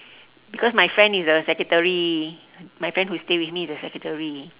because my friend is a secretary my friend who stay with me is a secretary